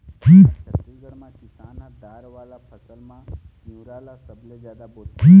हमर छत्तीसगढ़ म किसान ह दार वाला फसल म तिंवरा ल सबले जादा बोथे